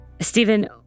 Stephen